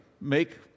make